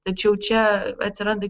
tačiau čia atsiranda